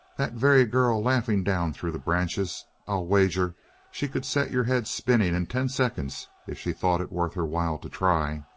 that very girl laughing down through the branches i'll wager she could set your head spinning in ten seconds if she thought it worth her while to try.